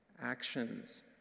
Actions